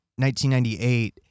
1998